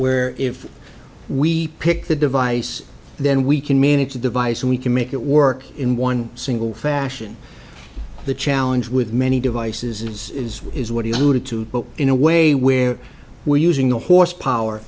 where if we pick the device then we can manage the device and we can make it work in one single fashion the challenge with many devices is is what he wanted to but in a way where we're using the horse power